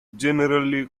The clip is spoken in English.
generally